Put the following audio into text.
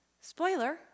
spoiler